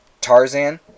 Tarzan